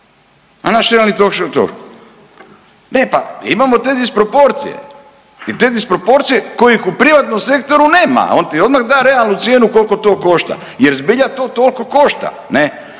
trošak je toliko. E pa imamo te disproporcije i te disproporcije kojeg u privatnom sektoru nema, on ti odmah da realnu cijenu koliko to košta jer zbilja to toliko košta